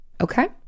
Okay